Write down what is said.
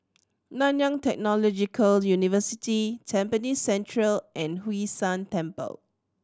Nanyang Technological University Tampines Central and Hwee San Temple